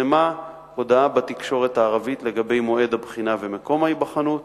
פורסמה הודעה בתקשורת הערבית לגבי מועד הבחינה ומקום ההיבחנות.